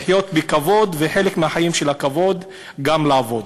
לחיות בכבוד, וחלק מהחיים בכבוד, גם לעבוד.